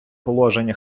положення